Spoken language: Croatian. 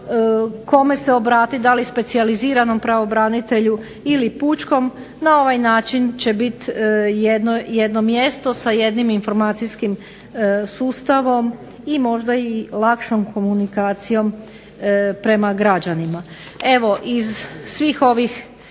kome se obratiti da li specijaliziranom pravobranitelju ili pučkom, na ovaj način će biti na jednom mjestu sa jednim informacijskim sustavom i možda i lakšom komunikacijom prema građanima.